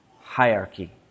hierarchy